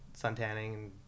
suntanning